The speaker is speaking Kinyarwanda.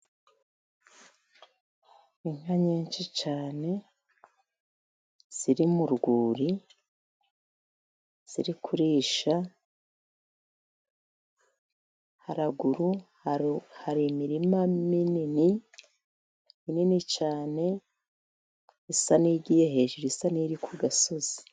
Inka nyinshi cyane ziri mu rwuri ziri kurisha, haruguru hari imirima minini, minini cyane isa n'iyigiye hejuru isa n'iri ku gasozi.